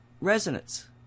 resonance